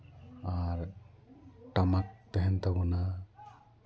ᱟᱨ ᱴᱟᱢᱟᱠ ᱛᱟᱦᱮᱱ ᱛᱟᱵᱚᱱᱟ